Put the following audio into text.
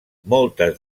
moltes